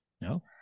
No